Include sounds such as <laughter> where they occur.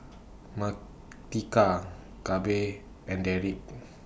Martika Gabe and Derik <noise>